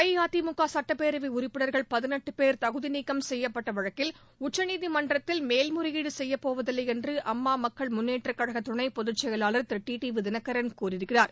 அஇஅதிமுக சுட்டப்பேரவை உறுப்பினர்கள் பதினெட்டு பேர் தகுதி நீக்கம் செய்யப்பட்ட வழக்கில் உச்சநீதிமன்றத்தில் மேல் முறையீடு செய்யப் போவதில்லை என்று அம்மா மக்கள் முன்னேற்றக் கழக துணை பொதுச் செயலாளர் திரு டி டி வி தினகரன் கூறியிருக்கிறார்